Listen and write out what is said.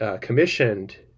commissioned